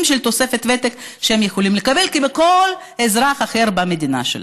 של תוספת ותק שהם יכולים לקבל כמו כל אזרח אחר במדינה שלנו.